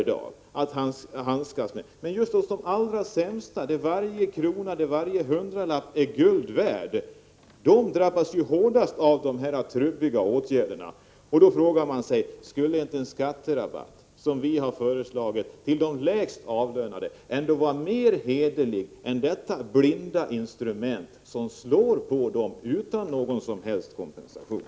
Men just de som har det allra sämst, de för vilka varje krona och varje hundralapp är guld värd, drabbas ju hårdast av de här trubbiga åtgärderna. Då frågar man sig: Skulle inte den skatterabatt som vi har föreslagit för de lägst avlönade ändå vara mer hederlig än det här blinda instrumentet som slår mot dem, utan att de får någon som helst kompensation?